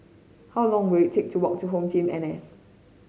how long will it take to walk to HomeTeam N S